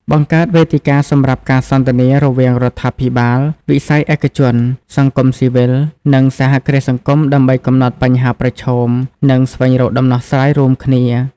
បង្កើតវេទិកាសម្រាប់ការសន្ទនា រវាងរដ្ឋាភិបាល វិស័យឯកជន សង្គមស៊ីវិល និងសហគ្រាសសង្គម ដើម្បីកំណត់បញ្ហាប្រឈម និងស្វែងរកដំណោះស្រាយរួមគ្នា ។